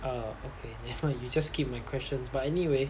err okay never mind you just slip my questions but anyway